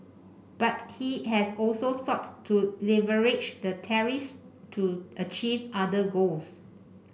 but he has also sought to leverage the tariffs to achieve other goals